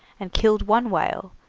and killed one whale,